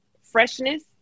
freshness